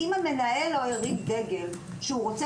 אם המנהל לא הרים דגל ואמר שהוא רוצה